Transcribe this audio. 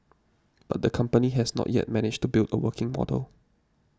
but the company has not yet managed to build a working model